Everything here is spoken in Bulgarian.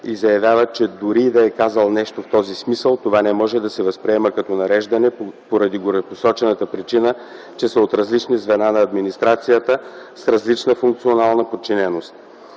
и заявява, че дори и да е казал нещо в този смисъл, това не може да се възприема като нареждане поради горепосочената причина – те са от различни звена на администрацията с различна функционална подчиненост.